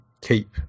keep